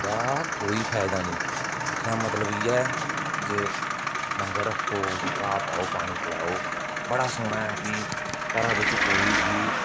ओहदा कोई फायदा नेईं आक्खने दा मतलब इ'यै ऐ की जे डंगर रक्खो घाह् पाओ पानी पलाओ बड़ा सोहना ऐ कि घरा बिच्च कोई बी